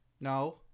No